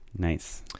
Nice